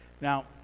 now